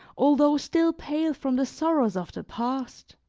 although still pale from the sorrows of the past!